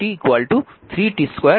এটি সহজ বিষয়